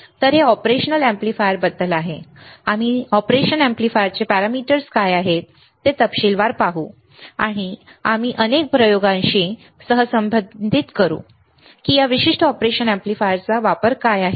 तर हे ऑपरेशन एम्पलीफायरबद्दल आहे आम्ही ऑपरेशन अॅम्प्लीफायरचे पॅरामीटर्स काय आहेत ते तपशीलवार पाहू आणि आम्ही अनेक प्रयोगांशी सहसंबंधित करू की या विशिष्ट ऑपरेशन एम्पलीफायरचा वापर काय आहे